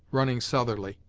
running southerly.